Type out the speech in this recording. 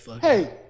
Hey